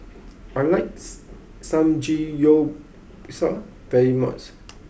I likes Samgeyopsal very much